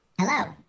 Hello